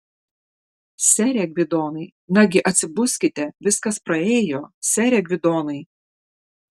sere gvidonai nagi atsibuskite viskas praėjo sere gvidonai